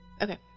Okay